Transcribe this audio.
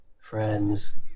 friends